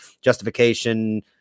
justification